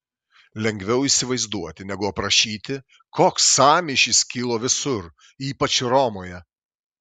lengviau įsivaizduoti negu aprašyti koks sąmyšis kilo visur ypač romoje